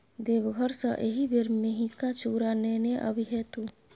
देवघर सँ एहिबेर मेहिका चुड़ा नेने आबिहे तु